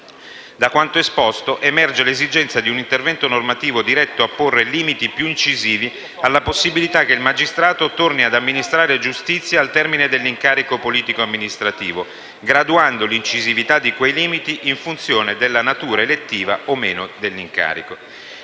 Da quanto esposto emerge l'esigenza di un intervento normativo diretto a porre limiti più incisivi alla possibilità che il magistrato torni ad amministrare giustizia al termine dell'incarico politico-amministrativo, graduando l'incisività di quei limiti in funzione della natura elettiva o no dell'incarico.